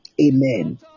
Amen